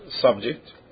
subject